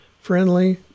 friendly